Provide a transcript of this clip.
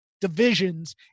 divisions